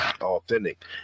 authentic